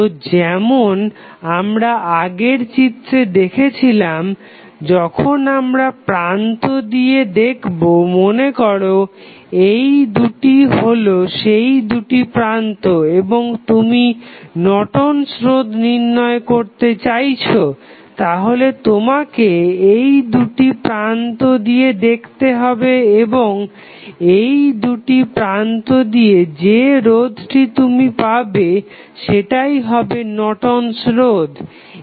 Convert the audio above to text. তো যেমন আমরা আগের চিত্রে দেখেছিলাম যখন আমরা প্রান্ত দিয়ে দেখবো মনেকর এইদুটি হলো সেই দুটি প্রান্ত এবং তুমি নর্টন'স রোধ Nortons resistance নির্ণয় করতে চাইছো তাহলে তোমাকে এই দুটি প্রান্ত দিয়ে দেখতে হবে রবং এই দুটি প্রান্ত দিয়ে যে রোধটি তুমি পাবে সেটাই হবে নর্টন'স রোধ Nortons resistance